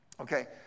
Okay